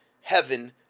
heaven